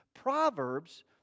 Proverbs